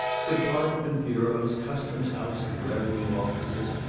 department-bureaus, custom-house and revenue offices,